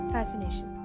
Fascination